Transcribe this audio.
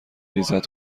ریزد